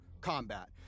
combat